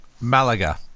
Malaga